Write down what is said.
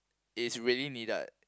it's really needed